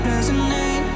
Resonate